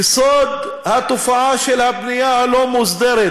יסוד התופעה של הבנייה הלא-מוסדרת,